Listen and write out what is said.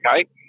okay